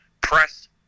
press